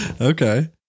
Okay